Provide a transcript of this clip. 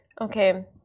Okay